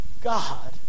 God